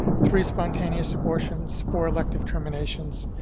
three spontaneous abortions, four elective terminations,